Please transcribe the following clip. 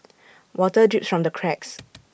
water drips from the cracks